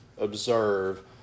observe